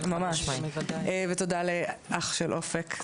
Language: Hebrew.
תודה לאח של אופק.